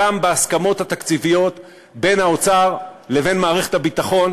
גם בהסכמות התקציביות בין האוצר לבין מערכת הביטחון